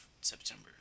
September